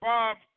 Bob